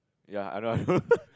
ya I know